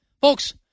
Folks